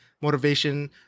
motivation